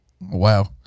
Wow